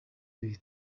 ibiri